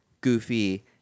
Goofy